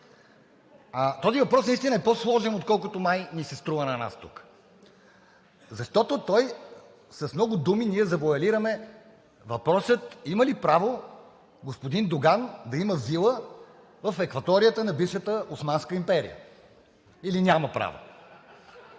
този въпрос наистина е по-сложен, отколкото май ни се струва на нас тук, защото с много думи ние завоалираме въпроса: има ли право господин Доган да има вила в екваторията на бившата Османска империя, или няма право?